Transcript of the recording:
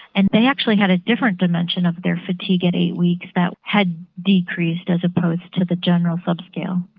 and they actually had a different dimension of their fatigue at eight weeks that had decreased as opposed to the general sub scale.